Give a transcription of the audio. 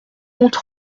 compte